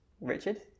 Richard